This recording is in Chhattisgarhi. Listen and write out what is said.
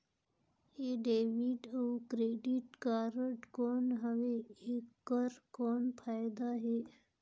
ये डेबिट अउ क्रेडिट कारड कौन हवे एकर कौन फाइदा हे?